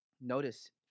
Notice